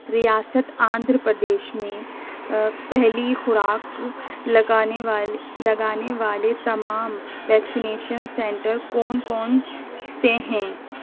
ریاست آندھرا پردیش میں پہلی خوراک لگانے وال لگانے والے تمام ویکسینیشن سنٹر کون کون سے ہیں